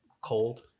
cold